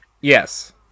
yes